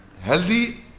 healthy